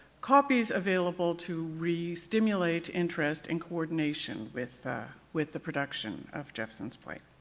copies available to restimulate interest in coordination with with the production of jephson's play.